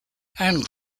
and